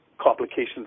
complications